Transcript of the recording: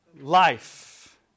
life